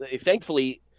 thankfully